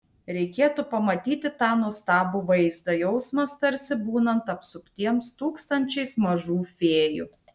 reikėtų pamatyti tą nuostabų vaizdą jausmas tarsi būnant apsuptiems tūkstančiais mažų fėjų